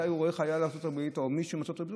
מתי הוא רואה חייל ארצות הברית או מישהו מארצות הברית?